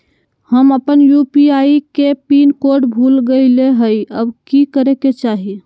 हम अपन यू.पी.आई के पिन कोड भूल गेलिये हई, अब की करे के चाही?